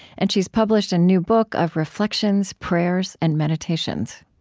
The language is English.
and she's published a new book of reflections, prayers, and meditations